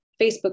Facebook